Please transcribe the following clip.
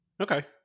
Okay